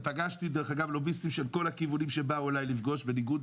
פגשתי לוביסטים מכל הכיוונים שבאו להיפגש איתי בניגוד